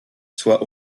soit